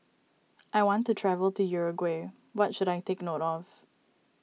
I want to travel to Uruguay what should I take note of